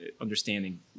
understanding